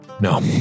No